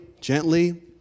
gently